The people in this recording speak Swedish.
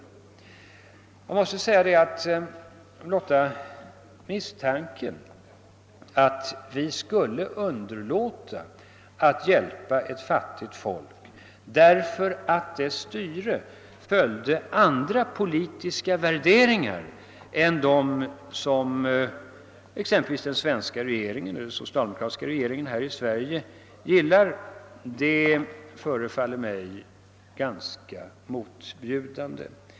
Man måste säga att blotta misstanken att vi skulle underlåta att hjälpa ett fattigt folk, därför att dess regering har andra politiska värderingar än dem som t.ex. Sveriges socialdemokratiska regering gillar, förefaller mig ganska motbjudande.